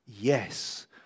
Yes